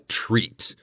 treat